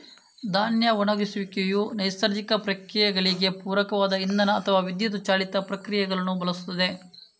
ಧಾನ್ಯ ಒಣಗಿಸುವಿಕೆಯು ನೈಸರ್ಗಿಕ ಪ್ರಕ್ರಿಯೆಗಳಿಗೆ ಪೂರಕವಾದ ಇಂಧನ ಅಥವಾ ವಿದ್ಯುತ್ ಚಾಲಿತ ಪ್ರಕ್ರಿಯೆಗಳನ್ನು ಬಳಸುತ್ತದೆ